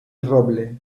roble